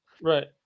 Right